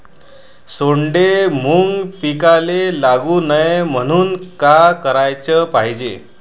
सोंडे, घुंग पिकाले लागू नये म्हनून का कराच पायजे?